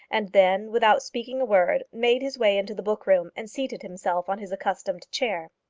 and then, without speaking a word, made his way into the book-room, and seated himself on his accustomed chair.